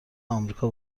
امریکا